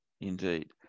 Indeed